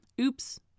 Oops